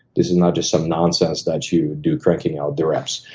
this is not just some nonsense that you do cranking out the reps.